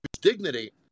Dignity